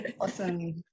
Awesome